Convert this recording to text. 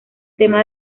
tema